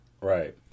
right